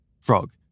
Frog